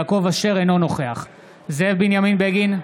אינו נוכח זאב בנימין בגין,